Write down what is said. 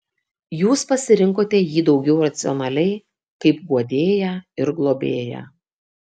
jūs pasirinkote jį daugiau racionaliai kaip guodėją ir globėją